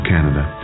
Canada